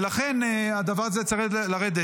ולכן הדבר הזה צריך לרדת.